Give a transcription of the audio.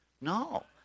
No